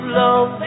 love